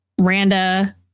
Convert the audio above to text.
Randa